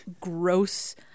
gross